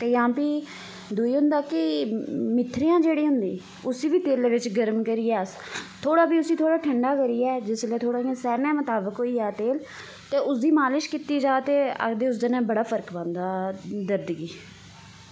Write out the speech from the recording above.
ते जां भी एह् कि मेथरेआं जेह्ड़ी होंदी उसी बी तेलै च गर्म करियै अस थोह्ड़ा भी उसी थोह्ड़ा ठंडा करियै जिसलै थोह्ड़ा सहने दे मताबक होई जा तेल ते उसदी मालिश कीती जा ते आखदेओहदे कन्नै बड़ा फर्क पौंदा दर्द गी